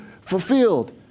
fulfilled